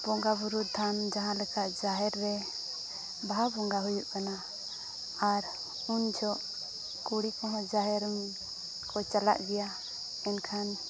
ᱵᱚᱸᱜᱟ ᱵᱩᱨᱩ ᱛᱷᱟᱱ ᱡᱟᱦᱟᱸ ᱞᱮᱠᱟ ᱡᱟᱦᱮᱨ ᱨᱮ ᱵᱟᱦᱟ ᱵᱚᱸᱜᱟ ᱦᱩᱭᱩᱜ ᱠᱟᱱᱟ ᱟᱨ ᱩᱱ ᱡᱚᱠᱷᱮᱡ ᱠᱩᱲᱤ ᱠᱚᱦᱚᱸ ᱡᱟᱦᱮᱨ ᱠᱚ ᱪᱟᱞᱟᱜ ᱜᱮᱭᱟ ᱮᱱᱠᱷᱟᱱ